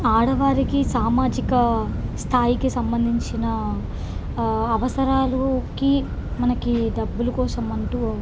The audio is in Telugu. ఆడవారికి సామాజిక స్థాయికి సంబంధించిన అవసరాలకి మనకి డబ్బులు కోసం అంటూ